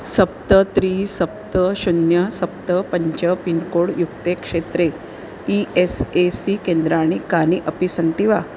सप्त त्रीणि सप्त शून्यं सप्त पञ्च पिन्कोड् युक्ते क्षेत्रे ई एस् ए सी केन्द्राणि कानि अपि सन्ति वा